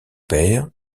père